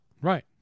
Right